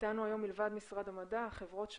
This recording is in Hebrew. איתנו היום מלבד משרד המדע חברות שונות,